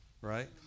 right